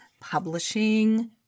publishing